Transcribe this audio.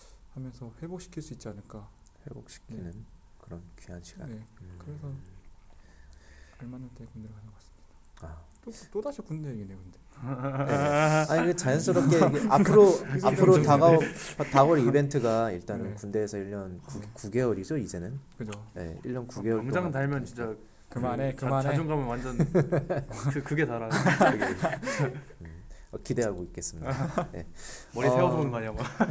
하면서 회복시킬 수 있지 않을까. 회복시키는 네. 그런 귀한 시간. 네. 음. 그래서 알맞은 때 군대로 가는 것 같습니다. 아. 또- 또 다시 군대 얘기네요, 근데. 네. 아니, 그 자연스럽게 이게 앞으로- 계속 앞으로 이러고 있네. 다가올- 다가올 이벤트가 일단은 네. 군대에서 일 년 구- 네. 구 개월이죠, 이제는? 그죠. 네, 일 년 아, 구 개월 동안. 병장 달면 진짜 그만해, 그 자- 그만해. 자존감은 완전 그- 그게 달아요. 그게. 음, 어, 기대하고 있겠습니다. 네. 머리 세워서 어, 오는 거 아니야, 뭐.